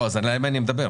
לא אז עליהם אני מדבר,